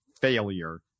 failure